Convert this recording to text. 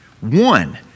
one